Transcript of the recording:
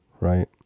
right